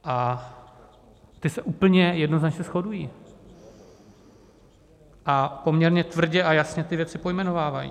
A ty se úplně jednoznačně shodují a poměrně tvrdě a jasně ty věci pojmenovávají.